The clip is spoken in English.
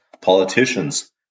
Politicians